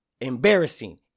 embarrassing